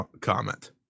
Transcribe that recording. comment